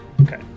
Okay